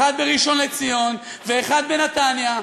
אחד בראשון-לציון ואחד בנתניה.